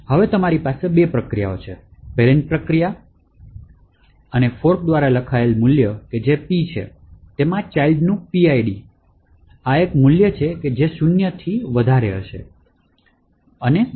તેથી હવે તમારી પાસે બે પ્રક્રિયાઓ છે પેરેંટ પ્રક્રિયામાં ફોર્ક દ્વારા લખાયેલ મૂલ્ય જે P છે તેમાં ચાઇલ્ડ નું PID છે અને આ એક મૂલ્ય છે જે શૂન્યથી વધારે છે